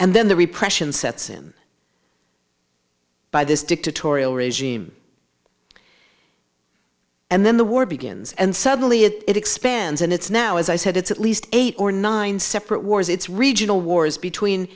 and then the repression sets in by this dictatorial regime and then the war begins and suddenly it expands and it's now as i said it's at least eight or nine separate wars it's regional wars between